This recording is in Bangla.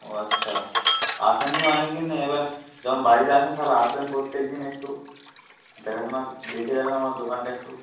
ও আচ্ছা আসেন নি অনেক দিন এইবার যখন বাড়িতে আছেন তাহলে আসবেন প্রত্যেক দিন একটু দেখাশোনা দেখে যাবেন আমার দোকানটা একটু